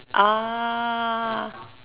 ah